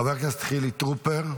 חבר הכנסת חילי טרופר,